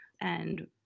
And-